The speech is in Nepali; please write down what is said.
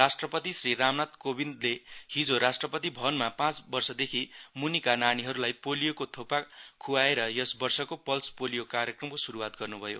राष्ट्रपति श्री राम नाथ कोविन्दले हिजो राष्ट्रपति भवनमा पाँच वर्षदेखि म्निका नानीहरूलाई पोलीयोको थोपा ख्वाएर यस वर्षको पल्स पोलीयो कार्यक्रमको श्रूवात गर्न्भयो